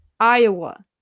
Iowa